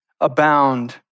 abound